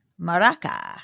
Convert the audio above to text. maraca